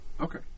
Okay